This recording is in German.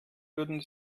würden